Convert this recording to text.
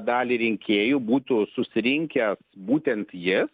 dalį rinkėjų būtų susirinkę būtent jis